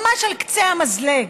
ממש על קצה המזלג,